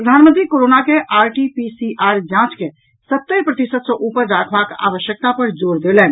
प्रधानमंत्री कोरोना के आरटीपीसीआर जांच के सत्तरि प्रतिशत सॅ उपर राखबाक आवश्यकता पर जोर देलनि